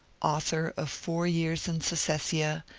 author of four years in secessia,